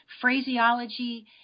phraseology